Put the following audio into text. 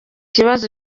kibazo